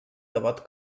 devot